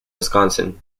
wisconsin